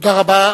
תודה רבה.